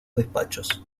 despachos